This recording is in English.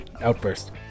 outburst